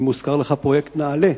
אם הוזכר לך פרויקט נעל"ה,